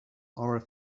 are